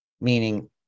meaning